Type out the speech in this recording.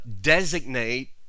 designate